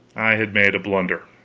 i had made a blunder